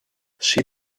she